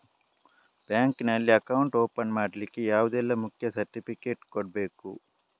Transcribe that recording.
Bank ನಲ್ಲಿ account open ಮಾಡ್ಲಿಕ್ಕೆ ಯಾವುದೆಲ್ಲ ಮುಖ್ಯ ಸರ್ಟಿಫಿಕೇಟ್ ಕೊಡ್ಬೇಕು?